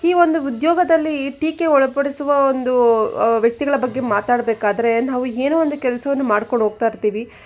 ಈ ಒಂದು ಉದ್ಯೋಗದಲ್ಲಿ ಈ ಟೀಕೆ ಒಳಪಡಿಸುವ ಒಂದು ವ್ಯಕ್ತಿಗಳ ಬಗ್ಗೆ ಮಾತಾಡ್ಬೇಕಾದ್ರೆ ನಾವು ಏನೋ ಒಂದು ಕೆಲಸವನ್ನು ಮಾಡ್ಕೊಂಡು ಹೋಗ್ತಾ ಇರ್ತೀವಿ